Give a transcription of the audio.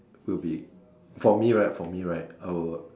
will be for me right for me right I will